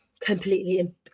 completely